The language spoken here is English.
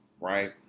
right